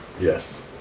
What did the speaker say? Yes